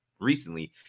recently